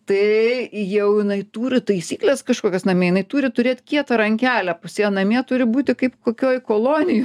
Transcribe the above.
tai jau jinai turi taisykles kažkokias namie jinai turi turėt kietą rankelę pas ją namie turi būti kaip kokioj kolonijoj